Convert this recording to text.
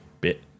bit